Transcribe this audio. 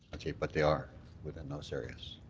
but they are within those areas.